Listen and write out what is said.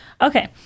Okay